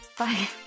Bye